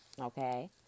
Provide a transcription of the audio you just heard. okay